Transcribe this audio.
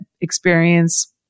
experience